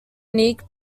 unique